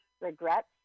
regrets